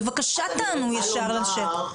בבקשה תענו ישר לשאלה.